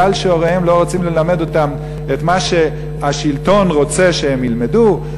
שהוריהם לא רוצים ללמד אותם את מה שהשלטון רוצה שהם ילמדו,